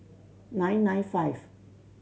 nine nine five